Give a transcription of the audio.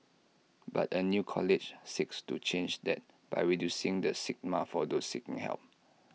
but A new college seeks to change that by reducing the stigma for those seeking help